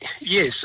Yes